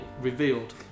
revealed